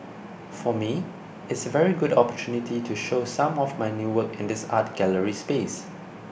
for me it's very good opportunity to show some of my new work in this art gallery space